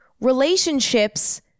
relationships